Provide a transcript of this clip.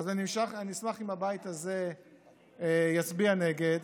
אז אני אשמח אם הבית הזה יצביע נגד.